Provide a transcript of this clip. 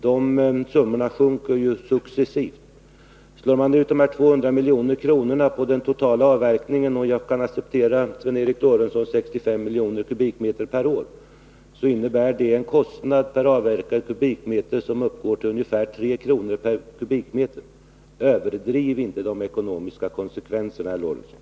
De summorna sjunker ju successivt. Slår man ut de 200 miljonerna på den totala avverkningen — jag kan acceptera Sven Eric Lorentzons 65 miljoner kubikmeter per år — så innebär det en kostnad per avverkad kubikmeter på ungefär 3 kr. Överdriv inte de ekonomiska konsekvenserna, herr Lorentzon!